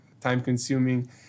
time-consuming